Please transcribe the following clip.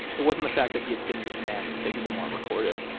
it wasn't the fact that he had been with men that he didn't want recorded,